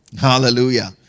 Hallelujah